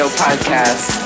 podcast